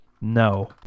No